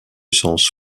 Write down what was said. sens